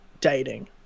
dating –